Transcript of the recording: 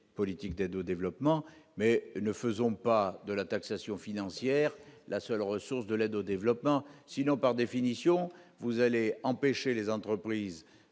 politique d'aide au développement, mais ne faisons pas de la taxation financière, la seule ressource de l'aide au développement, sinon par définition vous allez empêcher les entreprises